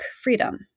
freedom